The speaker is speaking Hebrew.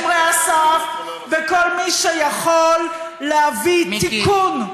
בשומרי הסף, בכל מי שיכול להביא תיקון,